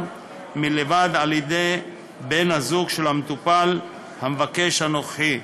מלבד על-ידי בן-הזוג של המטופל המבקש הנוכחי.